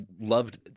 loved